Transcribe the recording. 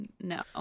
no